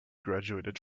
graduated